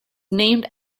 named